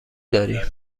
داری